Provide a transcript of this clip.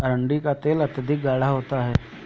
अरंडी का तेल अत्यधिक गाढ़ा होता है